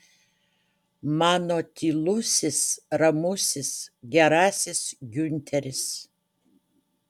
mano tylusis ramusis gerasis giunteris